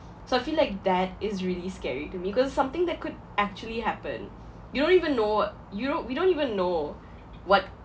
so I feel like that is really scary to me cause something that could actually happen you don't even know you know we don't even know what